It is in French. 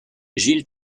gilles